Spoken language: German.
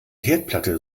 herdplatte